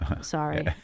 Sorry